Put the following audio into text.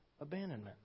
abandonment